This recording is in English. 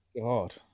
God